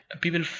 people